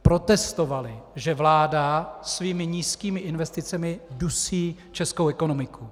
Protestovali, že vláda svými nízkými investicemi dusí českou ekonomiku.